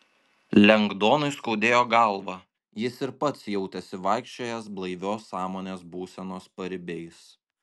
lengdonui skaudėjo galvą jis ir pats jautėsi vaikščiojąs blaivios sąmonės būsenos paribiais